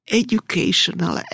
educational